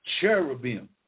Cherubim